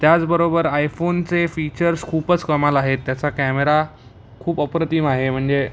त्याचबरोबर आयफोनचे फीचर्स खूपच कमाल आहेत त्याचा कॅमेरा खूप अप्रतिम आहे म्हणजे